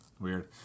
Weird